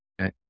Okay